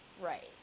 Right